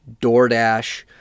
DoorDash